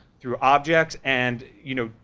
through objects, and, you know,